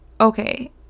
okay